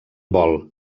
vol